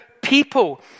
people